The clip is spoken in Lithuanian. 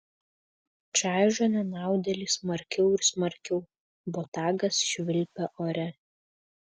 čaižo nenaudėlį smarkiau ir smarkiau botagas švilpia ore